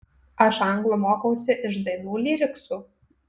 aš anglų mokausi iš dainų lyriksų